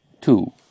two